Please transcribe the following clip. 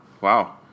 Wow